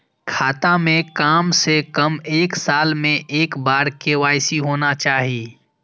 खाता में काम से कम एक साल में एक बार के.वाई.सी होना चाहि?